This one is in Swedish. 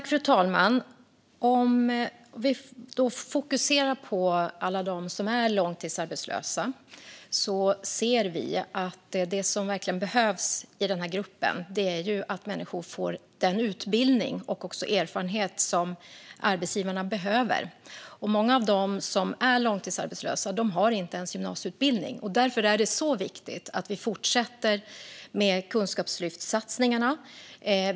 Fru talman! Om vi fokuserar på alla dem som är långtidsarbetslösa ser vi att det som verkligen behövs i den här gruppen är att människor får den utbildning och erfarenhet som arbetsgivarna behöver. Många av dem som är långtidsarbetslösa har inte ens gymnasieutbildning. Därför är det mycket viktigt att vi fortsätter med kunskapslyftssatsningarna.